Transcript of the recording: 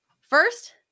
First